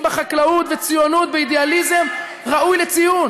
בה חקלאות וציונות ואידאליזם ראויים לציון.